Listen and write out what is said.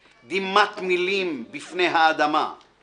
/ דממת מילים בפני האדמה, /